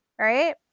right